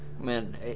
Man